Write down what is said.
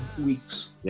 Weeks